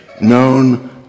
known